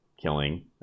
killing